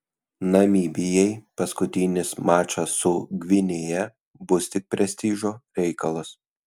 namibijai paskutinis mačas su gvinėja bus tik prestižo reikalas